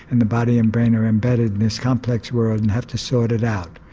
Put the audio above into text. and the body and brain are embedded in this complex world and have to sort it out.